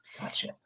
Gotcha